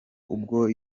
ubwo